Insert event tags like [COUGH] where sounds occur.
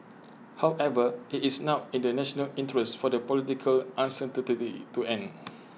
however IT is now in the national interest for the political uncertain [UNINTELLIGIBLE] to end